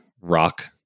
rock